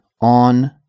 on